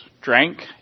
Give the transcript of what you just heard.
drank